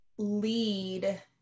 lead